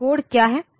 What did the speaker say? तो कोड क्या है